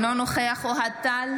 אינו נוכח יוסף טייב, אינו נוכח אוהד טל,